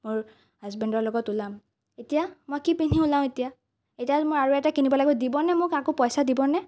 মোৰ হাজবেণ্ডৰ লগত ওলাম এতিয়া মই কি পিন্ধি উলাওঁ এতিয়া এতিয়াতো মই আৰু এটা কিনিব লাগিব দিবনে মোক আকৌ পইচা দিবনে